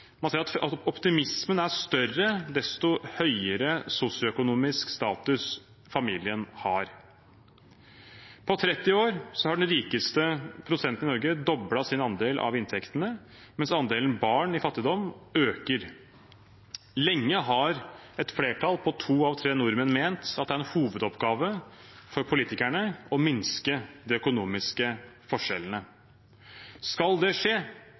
Man ser at optimismen er større desto høyere sosioøkonomisk status familien har. På 30 år har den rikeste prosenten i Norge doblet sin andel av inntektene, mens andelen barn i fattigdom øker. Lenge har et flertall på to av tre nordmenn ment at det er en hovedoppgave for politikerne å minske de økonomiske forskjellene. Skal det skje,